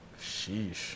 Sheesh